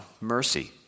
mercy